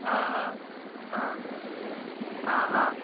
অ' অ' অ' অ' অ'